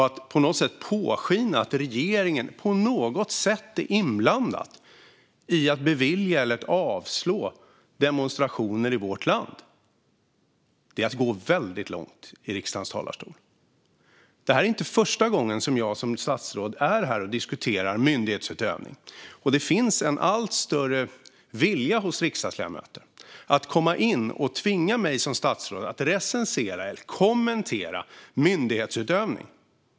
Att låta påskina att regeringen på något sätt skulle vara inblandad i att bevilja eller avslå ansökan om demonstrationer i vårt land är att gå väldigt långt i riksdagens talarstol. Det här är inte första gången som jag är här som statsråd och diskuterar myndighetsutövning. Det finns en allt större vilja hos riksdagsledamöter att komma in på och att tvinga mig som statsråd att recensera eller kommentera myndighetsutövning.